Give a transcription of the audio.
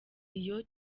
iyo